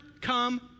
come